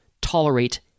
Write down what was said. tolerate